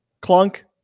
Clunk